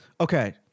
okay